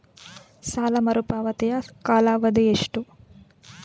ಸಾಲ ಮರುಪಾವತಿಯ ಕಾಲಾವಧಿ ಎಷ್ಟು?